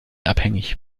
abhängig